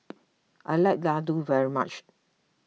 I like Laddu very much